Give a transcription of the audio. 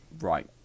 right